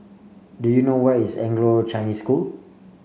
do you know where is Anglo Chinese School